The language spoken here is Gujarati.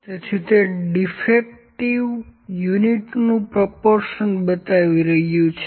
તેથી તે ડીફેક્ટિવ એકમોનું પ્રોપોર્શન બતાવી રહ્યું છે